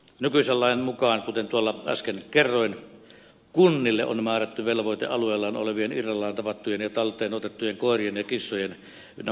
nykyisen lain mukaan kuten tuolla äsken kerroin kunnille on määrätty velvoite alueellaan olevien irrallaan tavattujen ja talteen otettujen koirien ja kissojen ynnä muuta